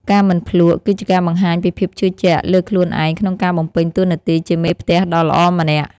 ការមិនភ្លក្ស គឺជាការបង្ហាញពីភាពជឿជាក់លើខ្លួនឯងក្នុងការបំពេញតួនាទីជាមេផ្ទះដ៏ល្អម្នាក់។